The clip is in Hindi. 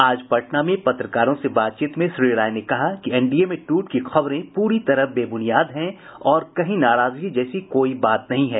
आज पटना में पत्रकारों से बातचीत में श्री राय ने कहा कि एनडीए में टूट की खबरें पूरी तरह बेब्रनियाद हैं और कहीं नाराजगी जैसी कोई बात नहीं है